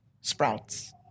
sprouts